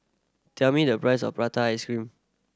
tell me the price of prata ice cream